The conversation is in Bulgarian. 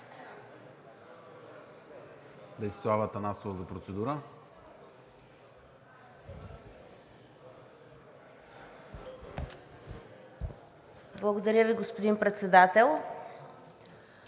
Благодаря Ви, господин Председател.